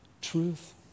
truth